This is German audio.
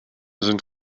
sind